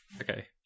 Okay